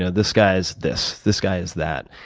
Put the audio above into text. ah this guy's this, this guy is that.